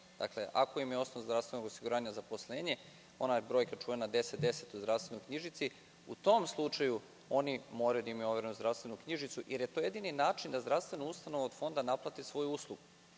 Ako im je osnov zdravstvenog osiguranja zaposlenje, ona brojka 1010 u zdravstvenoj knjižici, u tom slučaju oni moraju da imaju overenu zdravstvenu knjižicu jer je to jedini način da zdravstvena ustanova naplati svoju uslugu.